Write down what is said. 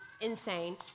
insane